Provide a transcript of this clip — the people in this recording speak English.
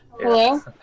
Hello